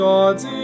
God's